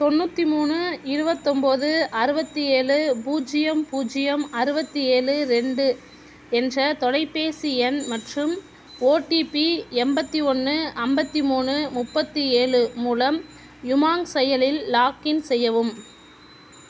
தொண்ணூற்றி மூணு இருவத்தொம்பது அறுபத்தி ஏழு பூஜ்ஜியம் பூஜ்ஜியம் அறுபத்தி ஏழு ரெண்டு என்ற தொலைபேசி எண் மற்றும் ஓடிபி எண்பத்தி ஒன்று ஐம்பத்தி மூணு முப்பத்து ஏழு மூலம் யுமாங் செயலில் லாக்இன் செய்யவும்